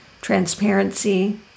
transparency